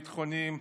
ביטחוניים,